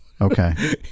Okay